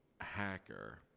Hacker